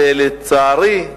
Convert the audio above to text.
לצערי,